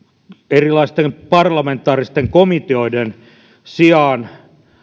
erilaisten parlamentaaristen komiteoiden sijaan